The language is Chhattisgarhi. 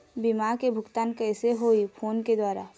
बीमा के भुगतान कइसे होही फ़ोन के द्वारा?